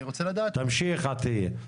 תמשיך, עטיה.